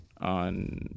on